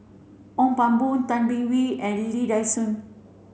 Ong Pang Boon Tay Bin Wee and Lee Dai Soh